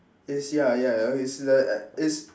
it's ya ya okay it's the it's